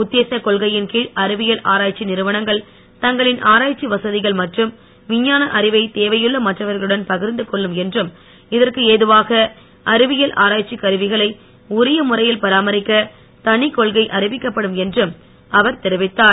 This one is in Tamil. உத்தேச கொன்கையின் கழ் அறிவியல் ஆராய்ச்சி நிறுவனங்கள் தங்களின் ஆராய்ச்சி வசதிகள் மற்றும் விஞ்ஞான அறிவை தேவையுள்ள மற்றவர்களுடன் பகிர்ந்து கொள்ளும் என்றும் இதற்கு ஏதுவாக அறிவியல் ஆராய்ச்சிக் கருவிகளை உரிய முறையில் பராமரிக்க தனிக் கொள்கை அறிவிக்கப்படும் என்றும் அவர் தெரிவித்தார்